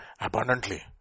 abundantly